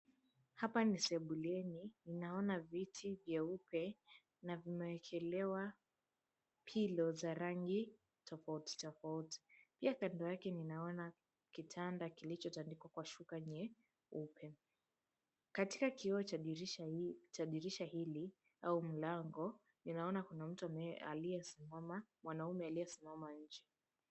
Hapa ni sebuleni ninaona viti vyeupe na vimewekelewa pillow za rangi tofauti tofauti. Pia kando yake ninaona kitanda kilichotandikwa kwa shuka nyeupe. Katika kioo cha dirisha hili au mlango ninaona kuna mwanaume aliyesimama nje.